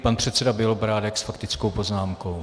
Pan předseda Bělobrádek s faktickou poznámkou.